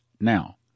Now